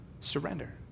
Surrender